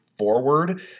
forward